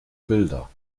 bilder